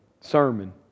sermon